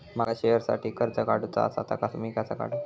माका शेअरसाठी कर्ज काढूचा असा ता मी कसा काढू?